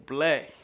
Black